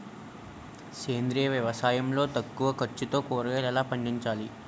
సేంద్రీయ వ్యవసాయం లో తక్కువ ఖర్చుతో కూరగాయలు ఎలా పండించాలి?